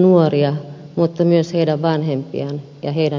nuoria mutta myös heidän vanhempiaan ja isovanhempiaan